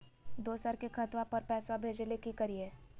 दोसर के खतवा पर पैसवा भेजे ले कि करिए?